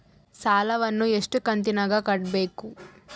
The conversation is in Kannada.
ಸಾಲವನ್ನ ಎಷ್ಟು ಕಂತಿನಾಗ ಕಟ್ಟಬೇಕು?